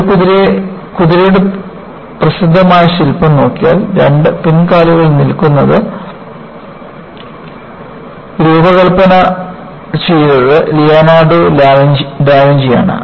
ഒരു കുതിരയുടെ പ്രസിദ്ധമായ ശില്പം നോക്കിയാൽ രണ്ട് പിൻകാലുകളിൽ നിൽക്കുന്നത് രൂപകൽപ്പന ചെയ്തത് ലിയോനാർഡോ ഡാവിഞ്ചി ആണ്